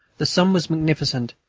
the sun was magnificent,